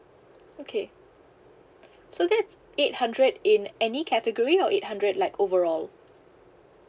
okay so that's eight hundred in any category or eight hundred like overall